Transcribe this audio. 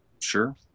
Sure